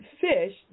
fish